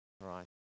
right